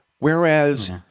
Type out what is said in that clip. Whereas